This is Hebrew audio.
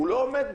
הוא לא עומד בזה.